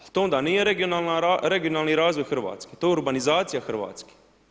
Ali to onda nije regionalni razvoj Hrvatske, to je urbanizacija Hrvatske.